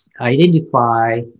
identify